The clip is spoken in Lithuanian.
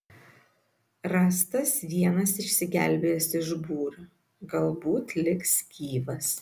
rastas vienas išsigelbėjęs iš būrio galbūt liks gyvas